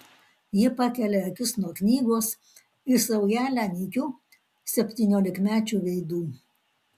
ji pakelia akis nuo knygos į saujelę nykių septyniolikmečių veidų